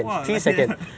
!wah! like that